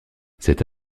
cette